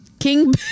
King